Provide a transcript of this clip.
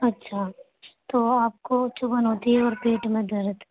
اچھا تو آپ کو چبھن ہوتی ہے اور پیٹ میں درد